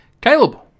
Caleb